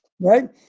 Right